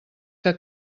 que